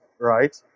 right